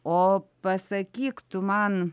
o pasakyk tu man